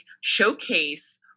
showcase